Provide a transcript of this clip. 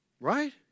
Right